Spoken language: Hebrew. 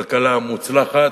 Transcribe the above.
כלכלה מוצלחת,